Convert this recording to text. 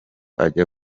ajya